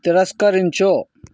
తిరస్కరించు